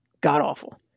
god-awful